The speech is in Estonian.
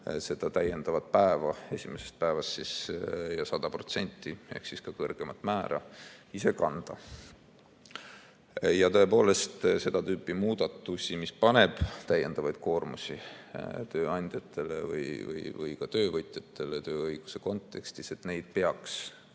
seda täiendavat päeva – esimesest päevast ja 100% ehk kõrgemat määra – ise kanda. Tõepoolest, seda tüüpi muudatusi, mis panevad täiendava koormuse tööandjatele või ka töövõtjatele tööõiguse kontekstis, peaks